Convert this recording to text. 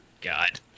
God